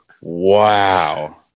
Wow